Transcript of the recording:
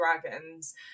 dragons